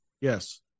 Yes